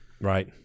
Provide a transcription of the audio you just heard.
Right